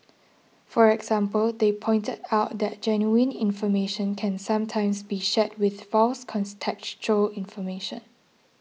for example they pointed out that genuine information can sometimes be shared with false contextual information